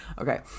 Okay